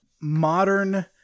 modern